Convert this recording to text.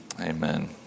Amen